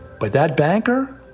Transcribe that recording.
but that banker,